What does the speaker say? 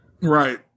Right